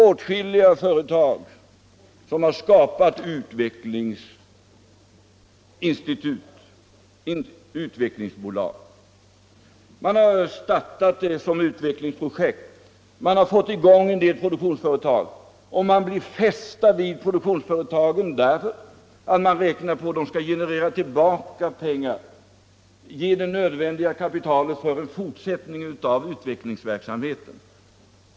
Åtskilliga företag har skapat utvecklingsbolag. Man har då startat de bolagen som utvecklingsprojekt och fått i gång en produktion, man har blivit fäst vid de produktionsföretagen därför att man har räknat med att de skall generera tillbaka pengar och ge det nödvändiga kapitalet för en fortsättning av utvecklingsverksamheten.